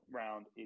round